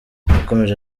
yakomeje